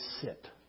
sit